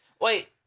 Wait